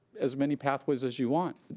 as many pathways as you want.